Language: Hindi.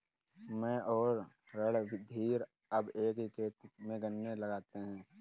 मैं और रणधीर अब एक ही खेत में गन्ने लगाते हैं